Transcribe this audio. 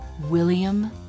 William